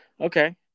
Okay